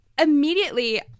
immediately